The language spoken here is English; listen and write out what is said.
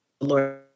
Lord